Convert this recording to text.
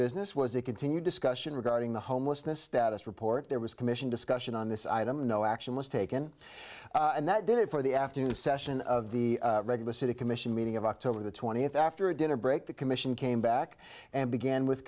business was a continued discussion regarding the homelessness status report there was commission discussion on this item no action was taken and that did it for the afternoon session of the regular city commission meeting of october the twentieth after a dinner break the commission came back and began with